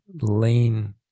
lean